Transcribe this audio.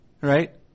right